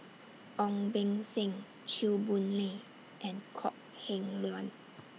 Ong Beng Seng Chew Boon Lay and Kok Heng Leun